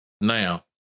Now